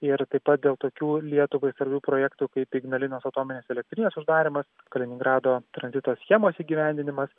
ir taip pat dėl tokių lietuvai svarbių projektų kaip ignalinos atominės elektrinės uždarymas kaliningrado tranzito schemos įgyvendinimas